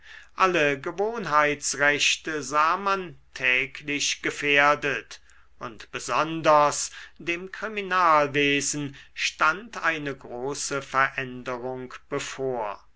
alle gewohnheitsrechte sah man täglich gefährdet und besonders dem kriminalwesen stand eine große veränderung bevor